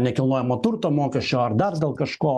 nekilnojamo turto mokesčio ar dar dėl kažko